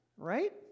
Right